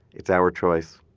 it's our choice.